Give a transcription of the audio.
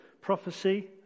prophecy